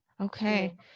Okay